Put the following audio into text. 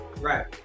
right